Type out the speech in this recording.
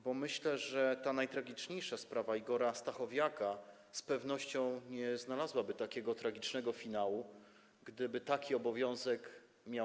Bo myślę, że ta najtragiczniejsza sprawa Igora Stachowiaka z pewnością nie znalazłaby takiego tragicznego finału, gdyby taki obowiązek istniał.